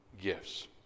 gifts